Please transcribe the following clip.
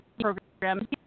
program